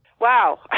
Wow